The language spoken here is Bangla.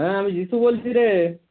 হ্যাঁ আমি জিতু বলছি রে